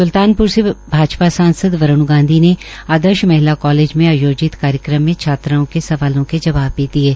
स्ल्तानप्र से भाजपा सांसद वरूण गांधी आदर्श महिला कॉलेज में आयोजित एक कार्यक्रम छात्राओं के सवालों के जवाब भी दिये